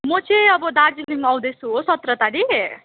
म चाहिँ अब दार्जिलिङ आउँदैछु हो सत्र तारिख